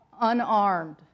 unarmed